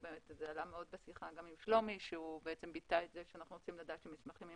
זה עלה גם בשיחה עם שלומי שהוא ביטא את זה שאנחנו רוצים לדעת שמסמכים הם